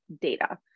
data